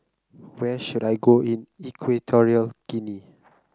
where should I go in Equatorial Guinea